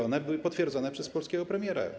One były potwierdzone przez polskiego premiera.